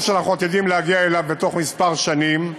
שאנחנו עתידים להגיע אליו בתוך כמה שנים?